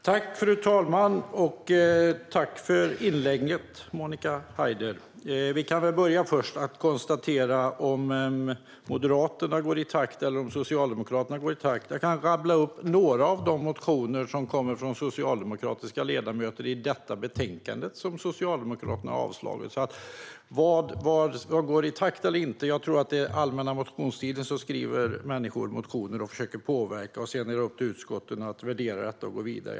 Fru talman! Tack, Monica Haider, för inlägget! Vi kan börja med frågan om huruvida det är Moderaterna eller Socialdemokraterna som går i takt. Jag kan rabbla upp några av de motioner i detta betänkande som kommer från socialdemokratiska ledamöter men som Socialdemokraterna har avslagit. Vad gäller vem som går i takt eller inte är det så att människor under den allmänna motionstiden skriver motioner och försöker att påverka, och sedan är det upp till utskotten att värdera detta och gå vidare.